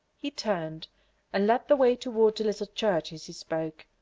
he turned and led the way toward the little church as he spoke.